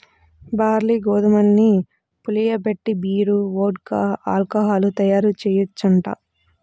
barley, గోధుమల్ని పులియబెట్టి beer, vodka, alcohol తయ్యారుజెయ్యొచ్చంట